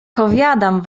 powiadam